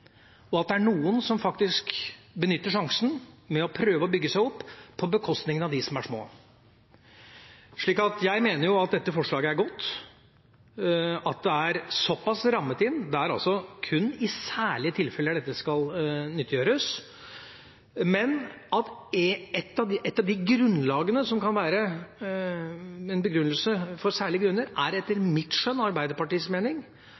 og at det er noen som faktisk benytter sjansen til å prøve å bygge seg opp på bekostning av de som er små. Så jeg mener at dette forslaget er godt, at det er såpass rammet inn – det er altså kun i særlige tilfeller dette skal nyttiggjøres – men at et av de grunnlagene som kan være en begrunnelse for «særlige grunner», etter min og Arbeiderpartiets mening